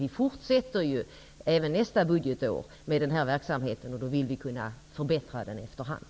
Vi fortsätter med denna verksamhet även nästa budgetår, och vill kunna förbättra den efterhand.